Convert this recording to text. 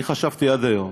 אני חשבתי עד היום